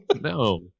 No